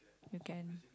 you can